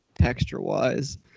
texture-wise